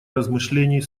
размышлений